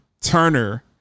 turner